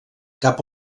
cap